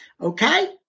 okay